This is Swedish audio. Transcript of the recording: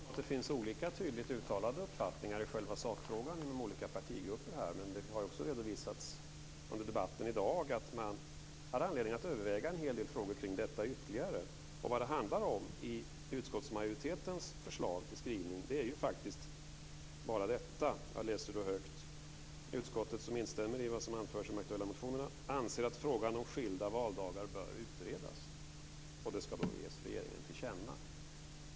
Fru talman! Det finns olika tydligt uttalade uppfattningar i själva sakfrågan inom olika partigrupper. Men det har också redovisats under debatten i dag att man har anledning att överväga en hel del frågor kring detta ytterligare. I utskottsmajoritetens förslag till skrivning står det: "Utskottet, som instämmer i vad som anförs i de aktuella motionerna, anser att frågan om skilda valdagar bör utredas." Och det ska då ges regeringen till känna.